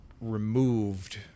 removed